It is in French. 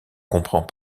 comprend